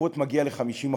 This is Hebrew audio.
בקופות מגיע ל-50%,